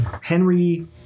Henry